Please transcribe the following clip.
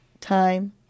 Time